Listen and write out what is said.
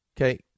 Okay